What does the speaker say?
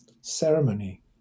ceremony